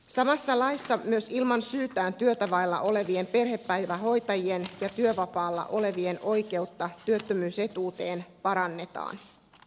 samassa laissa myös ilman omaa syytään työtä vailla olevien perhepäivähoitajien ja työvapaalla olevien oikeutta työttömyysetuuteen parannetaan